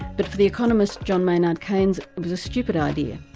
but for the economist john maynard keynes it was a stupid idea.